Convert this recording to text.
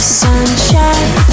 sunshine